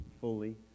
fully